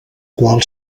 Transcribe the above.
qual